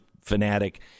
fanatic